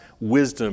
wisdom